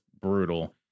brutal